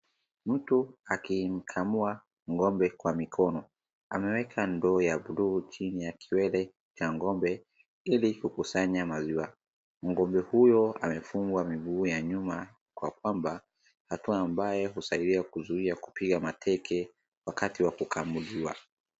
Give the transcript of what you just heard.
Mtu akimkamua ng'ombe kwa mikono, ameweka ndoo ya buluu chini ya kiwele ya ng'ombe ili kukusanya maziwa. Ng'ombe huyo amefungwa miguu ya nyuma kwa kamba hatua ambayo husaidia kuzuia kupiga mateke wakati wa kukamuliwa.